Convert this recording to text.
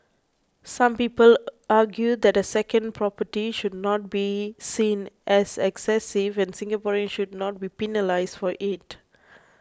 some people argue that a second property should not be seen as excessive and Singaporeans should not be penalised for it